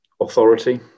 authority